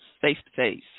face-to-face